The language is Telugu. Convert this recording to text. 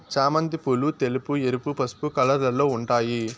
చామంతి పూలు తెలుపు, ఎరుపు, పసుపు కలర్లలో ఉంటాయి